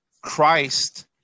Christ